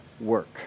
work